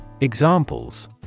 Examples